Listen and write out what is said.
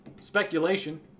Speculation